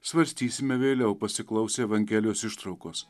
svarstysime vėliau pasiklausę evangelijos ištraukos